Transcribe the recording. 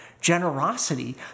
generosity